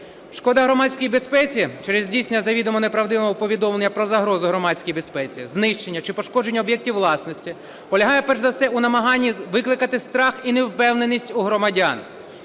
Шкода громадській безпеці через здійснення завідомо неправдивого повідомлення про загрозу громадській безпеці, знищення чи пошкодження об'єктів власності полягає, перш за все, у намаганні викликати страх і невпевненість у громадян,